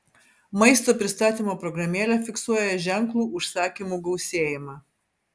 maisto pristatymo programėlė fiksuoja ženklų užsakymų gausėjimą